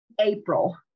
April